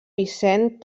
vicent